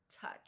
touch